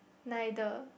neither